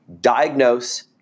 diagnose